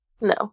No